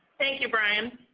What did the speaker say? thank you, brian.